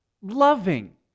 loving